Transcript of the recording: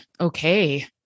okay